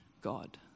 God